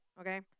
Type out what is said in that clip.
Okay